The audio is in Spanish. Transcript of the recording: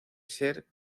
ser